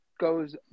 goes